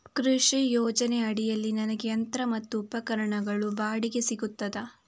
ಕೃಷಿ ಯೋಜನೆ ಅಡಿಯಲ್ಲಿ ನನಗೆ ಯಂತ್ರ ಮತ್ತು ಉಪಕರಣಗಳು ಬಾಡಿಗೆಗೆ ಸಿಗುತ್ತದಾ?